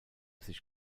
sich